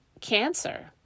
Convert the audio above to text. cancer